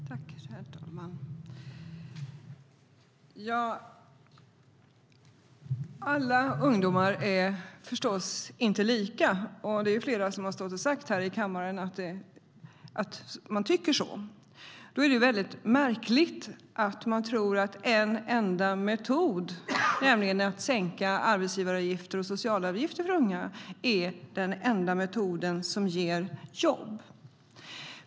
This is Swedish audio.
Herr talman! Alla ungdomar är förstås inte lika. Det är flera som har sagt här i kammaren att de tycker så. Det är märkligt att man tror att en enda metod, nämligen att sänka arbetsgivaravgifter och socialavgifter för unga, är den enda metoden som ger jobb.